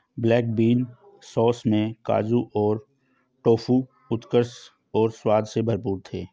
black bean sauce में काजू और टोफू उत्कृष्ट और स्वाद से भरपूर थे